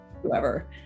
whoever